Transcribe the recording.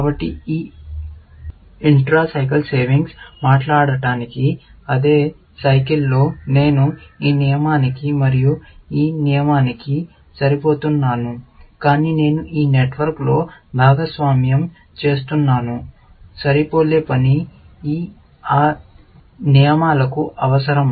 కాబట్టి ఈ intra cycle పొదుపులు మాట్లాడటానికి అదే చక్రంలో నేను ఈ నియమానికి మరియు ఈ నియమానికి సరిపోతున్నాను కానీ నేను ఈ నెట్వర్క్లో భాగస్వామ్యం చేస్తున్నాను సరిపోలే పని ఇది ఆ నియమాలకు అవసరం